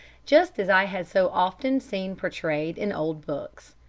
just as i had so often seen portrayed in old books.